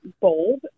bold